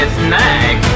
snake